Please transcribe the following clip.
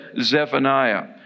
Zephaniah